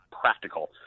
practical